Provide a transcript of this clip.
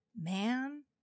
Man